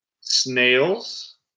snails